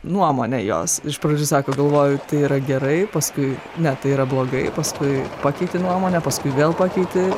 nuomonę jos iš pradžių sako galvoju tai yra gerai paskui ne tai yra blogai paskui pakeiti nuomonę paskui vėl pakeiti